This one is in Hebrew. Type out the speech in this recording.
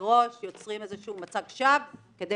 מראש יוצרים איזשהו מצג שווא כדי